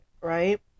Right